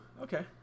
okay